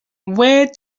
where